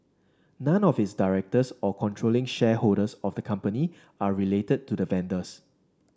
none of its directors or controlling shareholders of the company are related to the vendors